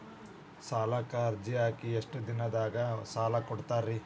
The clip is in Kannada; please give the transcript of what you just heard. ಸಾಲಕ ಅರ್ಜಿ ಹಾಕಿ ಎಷ್ಟು ದಿನದಾಗ ಸಾಲ ಕೊಡ್ತೇರಿ?